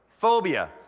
Phobia